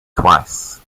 twice